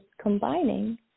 combining